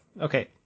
Okay